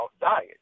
diet